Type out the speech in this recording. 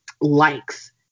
likes